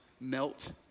melt